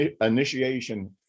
initiation